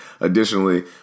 Additionally